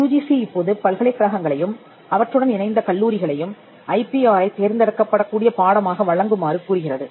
UGC இப்போது பல்கலைக்கழகங்களையும் அவற்றுடன் இணைந்த கல்லூரிகளையும் ஐ பி ஆ ரைத் தேர்ந்தெடுக்கப் படக்கூடிய பாடமாக வழங்குமாறு கூறுகிறது